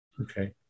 Okay